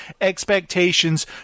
expectations